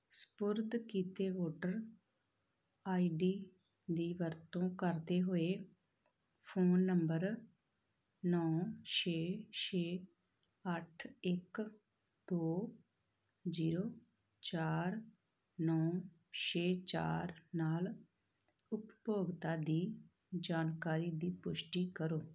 ਸਪੁਰਦ ਕੀਤੇ voter I D ਦੀ ਵਰਤੋਂ ਕਰਦੇ ਹੋਏ ਫ਼ੋਨ ਨੰਬਰ ਨੌਂ ਛੇ ਛੇ ਅੱਠ ਇੱਕ ਦੋ ਜੀਰੋ ਚਾਰ ਨੌਂ ਛੇ ਚਾਰ ਨਾਲ ਉਪਭੋਗਤਾ ਦੀ ਜਾਣਕਾਰੀ ਦੀ ਪੁਸ਼ਟੀ ਕਰੋ